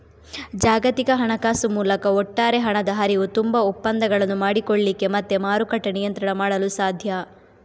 ಜಾಗತಿಕ ಹಣಕಾಸು ಮೂಲಕ ಒಟ್ಟಾರೆ ಹಣದ ಹರಿವು, ತುಂಬಾ ಒಪ್ಪಂದಗಳನ್ನು ಮಾಡಿಕೊಳ್ಳಿಕ್ಕೆ ಮತ್ತೆ ಮಾರುಕಟ್ಟೆ ನಿಯಂತ್ರಣ ಮಾಡಲು ಸಾಧ್ಯ